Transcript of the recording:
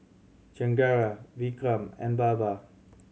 Chengara Vikram and Baba